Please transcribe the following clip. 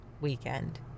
weekend